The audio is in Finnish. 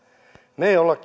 me emme ole